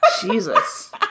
Jesus